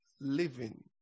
living